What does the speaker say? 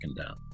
down